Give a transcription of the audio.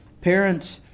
parents